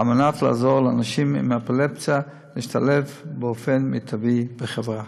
על מנת לעזור לאנשים עם אפילפסיה להשתלב באופן מיטבי בחברה.